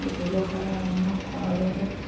ব্যৱসায় আৰম্ভ কৰাৰ বাবে